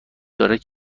دارد